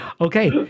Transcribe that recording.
Okay